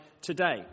today